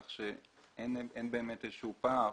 כך שאין באמת איזשהו פער.